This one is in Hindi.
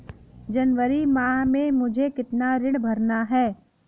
जनवरी माह में मुझे कितना ऋण भरना है?